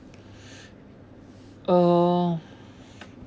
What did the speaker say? uh